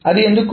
అది ఎందుకు